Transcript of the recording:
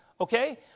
okay